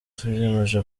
twiyemeje